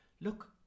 look